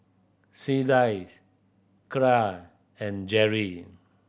Clydie Kyra and Jerry